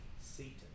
Satan